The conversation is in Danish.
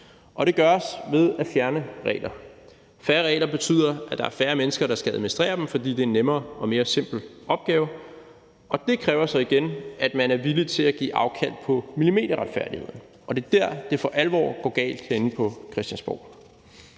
og det gøres ved at fjerne regler. Færre regler betyder, at der er færre mennesker, der skal administrere dem, fordi det er en nemmere og mere simpel opgave. Det kræver så igen, at man er villig til at give afkald på millimeterretfærdigheden, og det er der, hvor det for alvor går galt herinde på Christiansborg.